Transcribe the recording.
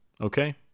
Okay